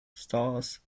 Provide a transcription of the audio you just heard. stars